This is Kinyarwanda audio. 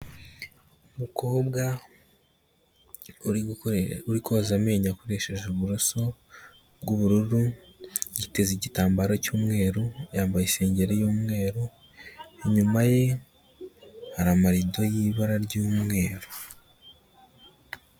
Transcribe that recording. Umukobwa uri koza amenyo akoresheje uburoso bw'ubururu, yiteza igitambaro cy'umweru, yambaye isengeri y'umweru, inyuma ye hari amarido y'ibara ry'umweru.